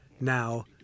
now